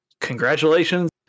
congratulations